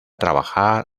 trabajar